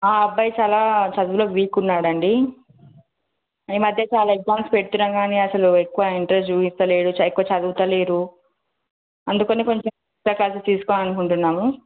అబ్బాయి చాలా చదువులో వీక్ ఉన్నాడు అండి మేము అయితే చాలా ఎగ్జామ్స్ పెడుతున్నాము కానీ అసలు ఎక్కువ ఇంట్రెస్ట్ చూపిస్తలేడు అసలు ఎక్కువ చదవడంలేదు అందుకని కొంచెం ఎక్స్ట్రా క్లాసెస్ తీసుకోవాలి అనుకుంటున్నాము